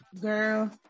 girl